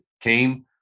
came